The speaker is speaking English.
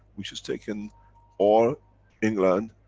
which is taken or england,